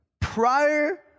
prior